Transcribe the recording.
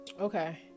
okay